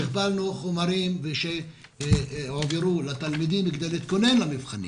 חומרים שהועברו לתלמידים כדי להתכונן למבחנים